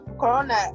corona